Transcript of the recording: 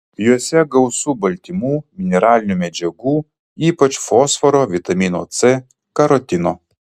juose gausu baltymų mineralinių medžiagų ypač fosforo vitamino c karotino